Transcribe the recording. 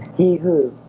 he who?